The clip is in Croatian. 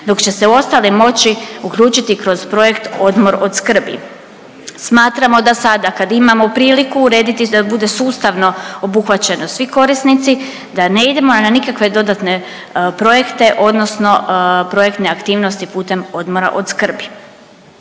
dok će se ostale moći uključiti kroz projekt „Odmor od skrbi“. Smatramo da sada kad imamo priliku urediti da bude sustavno obuhvaćeno svi korisnici da ne idemo na nikakve dodatne projekte odnosno projektne aktivnosti putem „Odmora od skrbi“.